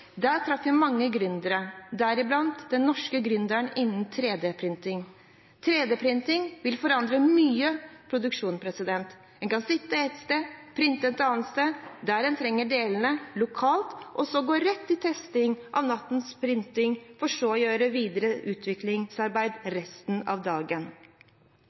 Der traff vi mange gründere, deriblant den norske gründeren innen 3D-printing. 3D-printing vil forandre mye produksjon. En kan sitte et sted, printe et annet sted, der en trenger delene lokalt, og så gå rett til testing av nattens printing for så å gjøre videre utviklingsarbeid resten av dagen.